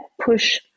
push